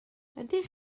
ydych